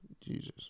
Jesus